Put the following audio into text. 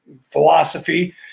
philosophy